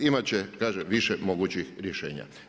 Imat će kažem više mogućih rješenja.